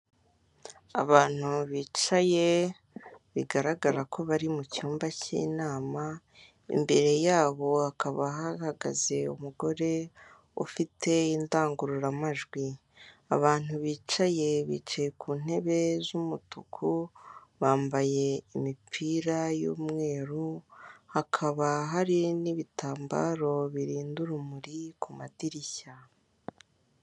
Abantu bicaye bigaragara ko bari mu cyumba k'inama imbere yabo hakaba hahagaze umugore ufite indangururamajwi, abantu bicaye, bicaye ku ntebe z'umutuku bambaye imipira y'umweru, hakaba hari n'ibitambaro birinda urumuri ku madirishya.